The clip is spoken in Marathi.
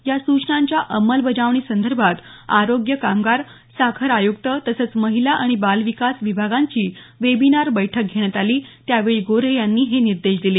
या सूचनांच्या अंमलबजावणीसंदर्भात आरोग्य कामगार साखर आयक्त तसंच महिला आणि बाल विकास विभागांची वेबिनार बैठक घेण्यात आली त्यावेळी गोऱ्हे यांनी हे निर्देश दिले